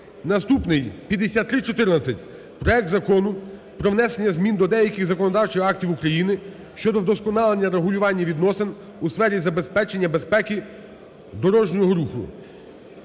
Наступний – 5314. Проект Закону про внесення змін до деяких законодавчих актів України щодо вдосконалення регулювання відносин у сфері забезпечення безпеки дорожнього руху.